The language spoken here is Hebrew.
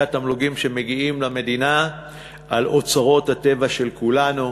התמלוגים שמגיעים למדינה על אוצרות הטבע של כולנו.